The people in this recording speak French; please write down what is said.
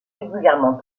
régulièrement